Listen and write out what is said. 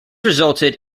resulted